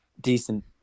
decent